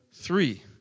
three